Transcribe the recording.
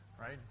Right